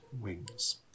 wings